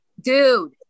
dude